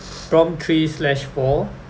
prompt three slash four